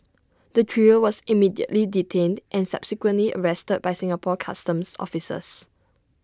the trio was immediately detained and subsequently arrested by Singapore Customs officers